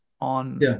on